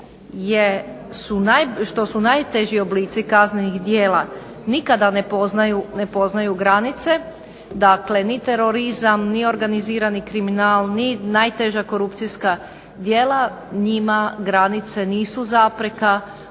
što najteži oblici kaznenih djela nikada ne poznaju granice, dakle ni terorizam ni organizirani kriminal ni najteža korupcijska djela njima granice nisu zapreka,